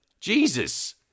Jesus